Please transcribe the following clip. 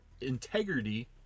integrity